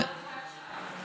מה קורה עכשיו?